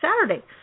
Saturday